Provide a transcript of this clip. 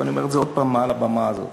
ואני אומר לך את זה שוב מעל הבמה הזאת.